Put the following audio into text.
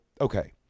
okay